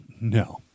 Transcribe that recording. No